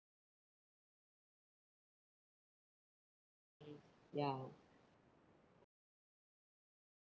ya